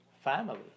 family